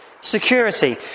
security